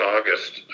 August